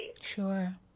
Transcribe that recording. Sure